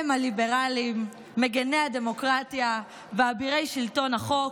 הם הליברלים, מגיני הדמוקרטיה ואבירי שלטון החוק,